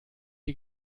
die